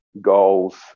goals